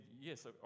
yes